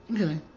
Okay